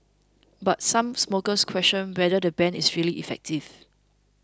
but some smokers question whether the ban is really effective